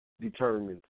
Determined